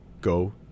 go